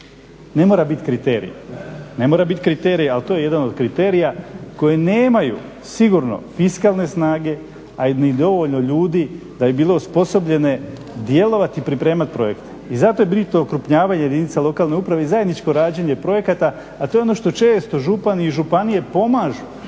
Ne mora biti kriterij, ali to je jedan od kriterija koji nemaju sigurno fiskalne snage a ni dovoljno ljudi da bi bili osposobljeni djelovati i pripremati projekte. I zato je bitno okrupnjavanje jedinica lokalne uprave i zajedničko rađenje projekata a to je ono što često župani i županije pomažu